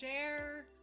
share